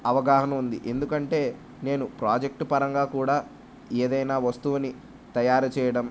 అవగాహన ఉంది ఎందుకంటే నేను ప్రాజెక్ట్పరంగా కూడా ఏదైనా వస్తువుని తయారు చేయడం